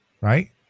right